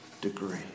degree